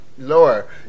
Lower